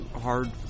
hard